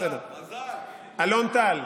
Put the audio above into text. אלון טל,